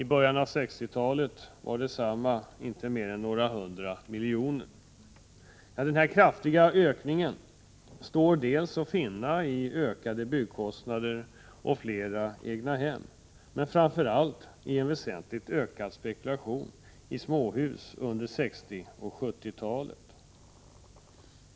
I början av 1960-talet var summan av underskottsavdragen inte mer än några hundra miljoner. Orsaken till denna kraftiga ökning står delvis att finna i ökade byggkostnader och fler egnahem, men framför allt i en väsentligt ökad spekulation i småhus under 1960 och 1970-talen.